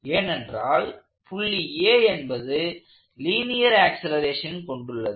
ஏனென்றால் புள்ளி A என்பது லீனியர் ஆக்சலேரசஷன் கொண்டுள்ளது